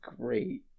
great